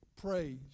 praise